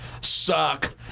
suck